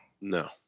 No